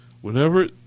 whenever